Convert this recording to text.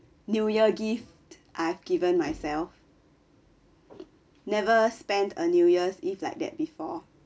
new year gift I've given myself never spend a new year eve like that before